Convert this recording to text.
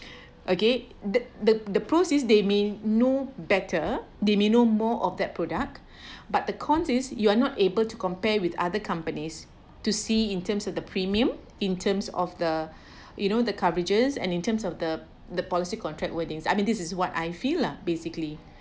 okay the the the pro is they may know better they may know more of that product but the con is you are not able to compare with other companies to see in terms of the premium in terms of the you know the coverages and in terms of the the policy contract wordings I mean this is what I feel lah basically